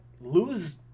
lose